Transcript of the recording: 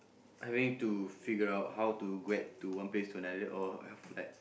having to figure out how to grad to one place or another or I have like